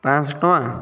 ପାଞ୍ଚ ଶହ ଟଙ୍କା